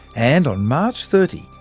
and on march thirty,